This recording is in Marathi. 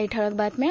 काही ठळक बातम्या